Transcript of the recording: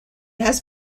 has